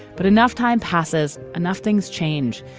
but enough time passes, enough things change,